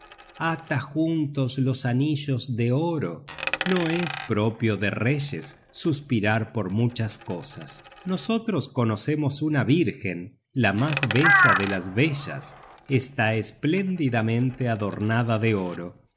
ata juntos los anillos de oro no es propio de reyes suspirar por muchas cosas nosotros conocemos una vírgen la mas bella de las bellas está espléndidamente adornada de oro